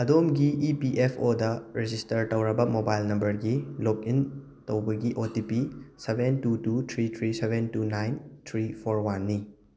ꯑꯗꯣꯝꯒꯤ E P F O register ꯇꯧꯔꯕ mobile ꯅꯝꯕꯔꯒꯤ ꯂꯣꯒ ꯏꯟ ꯇꯧꯕꯒꯤ O T P seven two two three three seven two nine three four ꯋꯥꯟꯅꯤ